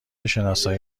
شناسایی